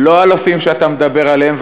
לא אלפים שאתה מדבר עליהם,